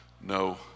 no